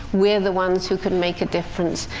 we're the ones who can make a difference.